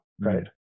right